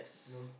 no